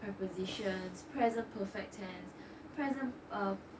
prepositions present perfect tense present uh